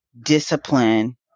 discipline